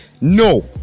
no